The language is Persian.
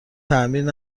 تعمیر